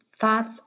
thoughts